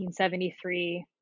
1973